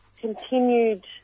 continued